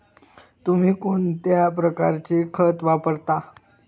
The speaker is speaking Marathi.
तुम्ही कोणत्या प्रकारचे खत वापरता?